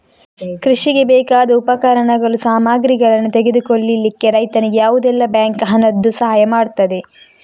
ಕೃಷಿಗೆ ಬೇಕಾದ ಉಪಕರಣಗಳು, ಸಾಮಗ್ರಿಗಳನ್ನು ತೆಗೆದುಕೊಳ್ಳಿಕ್ಕೆ ರೈತನಿಗೆ ಯಾವುದೆಲ್ಲ ಬ್ಯಾಂಕ್ ಹಣದ್ದು ಸಹಾಯ ಮಾಡ್ತದೆ?